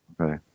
Okay